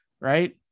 right